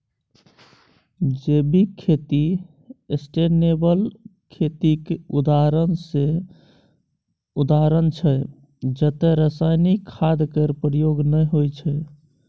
जैविक खेती सस्टेनेबल खेतीक उदाहरण छै जतय रासायनिक खाद केर प्रयोग नहि होइ छै